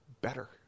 better